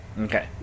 Okay